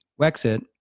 Wexit